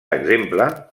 exemple